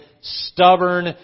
stubborn